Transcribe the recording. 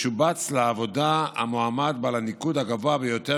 ישובץ לעבודה המועמד בעל הניקוד הגבוה ביותר